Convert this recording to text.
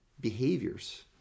behaviors